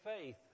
faith